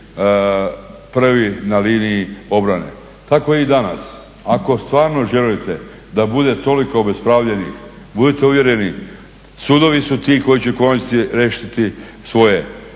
prvi na liniji obrane. Tako je i danas, ako stvarno želite da bude toliko obespravljenih, budite uvjereni sudovi su ti koji će … svoje,